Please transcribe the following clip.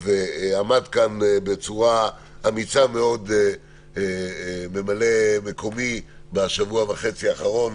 ועמד כאן בצורה אמיצה מאוד ממלא מקומי בשבוע וחצי האחרונים,